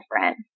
different